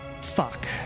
fuck